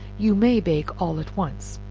you may bake all at once,